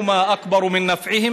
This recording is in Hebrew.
(אומר בערבית: בשניהם טמון אשם גדול וגם תועלת לאנשים),